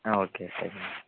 ಹಾಂ ಓಕೆ ಸರಿ ಮ್ಯಾಮ್